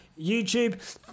YouTube